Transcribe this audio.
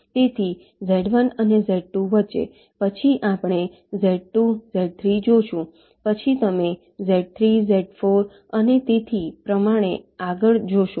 તેથી Z1 અને Z2 વચ્ચે પછી આપણે Z2 Z3 જોશું પછી તમે Z3 Z4 અને તેથી પ્રમાણે આગળ જોશો